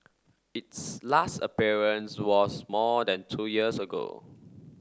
its last appearance was more than two years ago